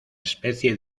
especie